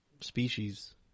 species